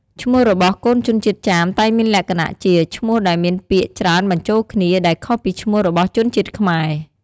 ឈ្មោះរបស់កូនជនជាតិចាមតែងមានលក្ខណៈជា ឈ្មោះដែលមានពាក្យច្រើនបញ្ចូលគ្នា ដែលខុសពីឈ្មោះរបស់ជនជាតិខ្មែរ។